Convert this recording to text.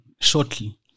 shortly